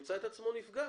ימצא את עצמו נפגע,